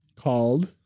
called